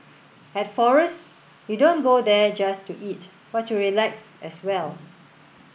at Forest you don't go there just to eat but to relax as well